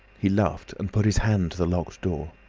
he laughed, and put his hand to the locked door.